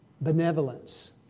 Benevolence